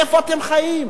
איפה אתם חיים?